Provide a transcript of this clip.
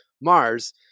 Mars